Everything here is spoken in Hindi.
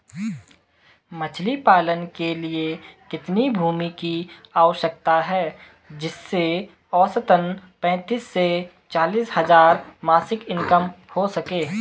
मछली पालन के लिए कितनी भूमि की आवश्यकता है जिससे औसतन पैंतीस से चालीस हज़ार मासिक इनकम हो सके?